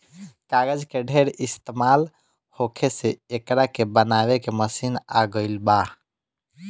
कागज के ढेर इस्तमाल होखे से एकरा के बनावे के मशीन आ गइल बा